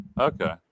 Okay